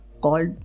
called